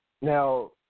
Now